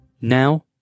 Now